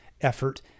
effort